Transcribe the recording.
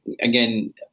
again